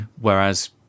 Whereas